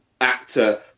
actor